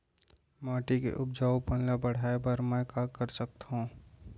माटी के उपजाऊपन ल बढ़ाय बर मैं का कर सकथव?